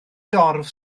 dorf